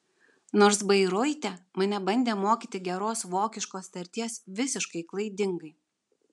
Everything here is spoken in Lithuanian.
nors bairoite mane bandė mokyti geros vokiškos tarties visiškai klaidingai